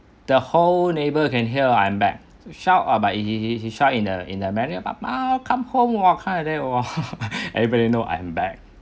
the whole neighbour can hear I'm back shout out but but she shout in the in the barrier papa welcome home !wah! kind like that everybody know I'm back